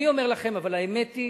אבל האמת היא